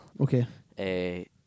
Okay